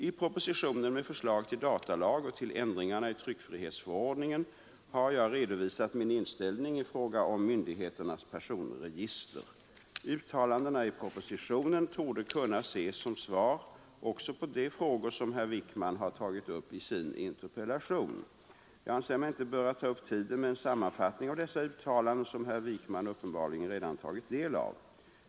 I propositionen med förslag till datalag och till ändringarna i tryckfrihetsförordningen har jag redovisat min inställning i fråga om myndigheternas personregister. Uttalandena i propositionen torde kunna ses som svar också på de frågor som herr Wijkman har tagit upp i sin interpellation. Jag anser mig inte böra ta upp tiden med en sammanfattning av dessa uttalanden, som herr Wijkman uppenbarligen redan tagit del av.